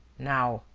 now,